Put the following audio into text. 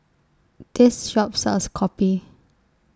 This Shop sells Kopi